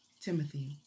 Timothy